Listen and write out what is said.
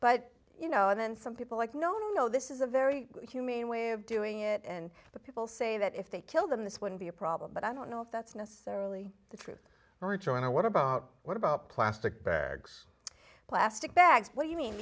but you know and then some people like no no this is a very humane way of doing it and the people say that if they kill them this wouldn't be a problem but i don't know if that's necessarily true rejoined i what about what about plastic bags plastic bags what do you mean